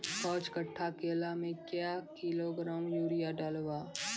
पाँच कट्ठा केला मे क्या किलोग्राम यूरिया डलवा?